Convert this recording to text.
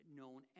known